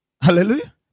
Hallelujah